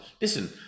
listen